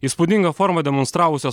įspūdingą formą demonstravusios